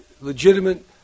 legitimate